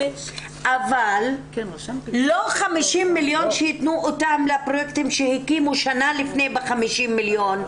אבל לא 50 מיליון שיתנו אותם לפרויקטים שהקימו שנה לפני ב-50 מיליון.